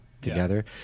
together